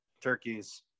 turkeys